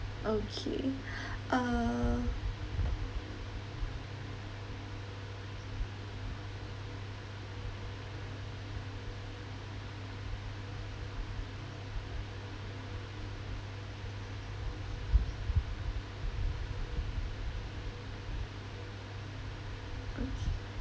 okay err okay